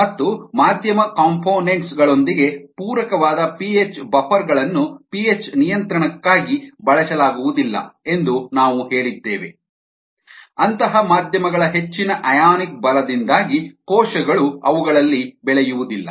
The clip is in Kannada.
ಮತ್ತು ಮಾಧ್ಯಮ ಕಾಂಪೊನೆಂಟ್ಸ್ ಗಳೊಂದಿಗೆ ಪೂರಕವಾದ ಪಿಹೆಚ್ ಬಫರ್ ಗಳನ್ನು ಪಿಹೆಚ್ ನಿಯಂತ್ರಣಕ್ಕಾಗಿ ಬಳಸಲಾಗುವುದಿಲ್ಲ ಎಂದು ನಾವು ಹೇಳಿದ್ದೇವೆ ಅಂತಹ ಮಾಧ್ಯಮಗಳ ಹೆಚ್ಚಿನ ಅಯಾನಿಕ್ ಬಲದಿಂದಾಗಿ ಕೋಶಗಳು ಅವುಗಳಲ್ಲಿ ಬೆಳೆಯುವುದಿಲ್ಲ